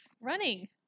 Running